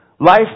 Life